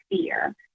fear